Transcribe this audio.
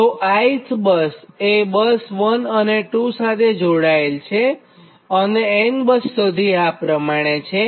તો ith bus એ bus 1 અને 2 સાથે જોડાયેલ છે અને n બસ સુધી આ પ્રમાણે છે